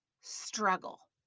struggle